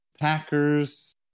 Packers